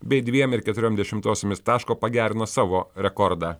bei dviem ir keturiom dešimtosiomis taško pagerino savo rekordą